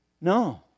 No